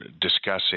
discussing